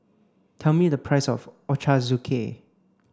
tell me the price of Ochazuke